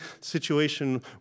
situation